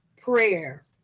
prayer